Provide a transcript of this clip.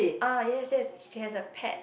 ah yes yes she has a pet